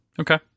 Okay